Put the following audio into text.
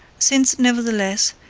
since, nevertheless,